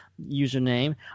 username